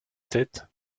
tête